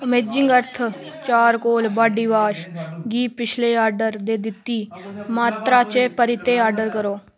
amazing earth charcoal body wash गी पिछले order दित्ती दी मात्तरा च परतियै आर्डर करो